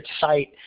site